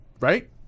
Right